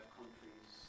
countries